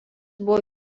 buvo